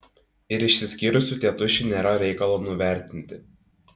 ir išsiskyrusių tėtušių nėra reikalo nuvertinti